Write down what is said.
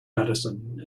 medicine